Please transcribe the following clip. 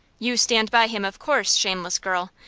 you stand by him, of course, shameless girl!